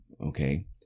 okay